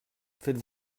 faites